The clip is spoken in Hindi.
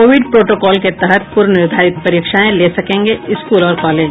कोविड प्रोटोकॉल के तहत पूर्व निर्धारित परीक्षाएं ले सकेंगे स्कूल और कॉलेज